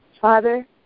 Father